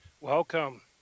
Welcome